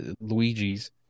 Luigi's